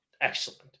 excellent